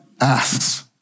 asks